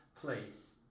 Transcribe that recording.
place